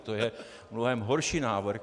To je mnohem horší návrh.